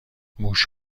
موش